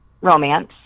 romance